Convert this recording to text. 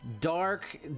Dark